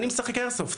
אני משחק איירסופט,